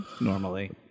normally